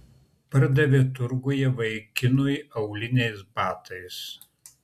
pardavė turguje vaikinui auliniais batais